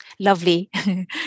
Lovely